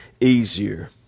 easier